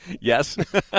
Yes